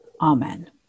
Amen